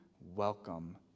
welcome